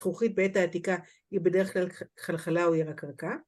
זכוכית בעת העתיקה היא בדרך כלל כחלחלה או ירקרקה